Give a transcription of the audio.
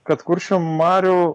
kad kuršių marių